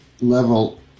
level